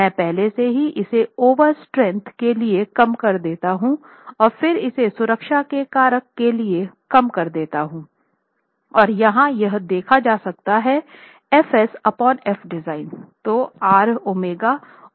मैं पहले से ही इसे ओवर स्ट्रेंथ के लिए कम कर देता हूं और फिर इसे सुरक्षा के कारक के लिए कम कर देता हूं और यहाँ यह देखा जा सकता है F s Fdesign